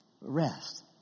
Rest